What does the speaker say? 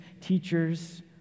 teachers